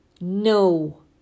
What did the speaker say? No